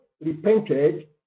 repented